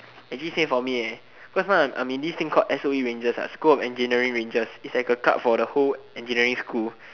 actually same for me eh cause now I'm I'm in this thing called s_o_e rangers what school of engineering rangers it's like a club for the whole engineering school